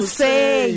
say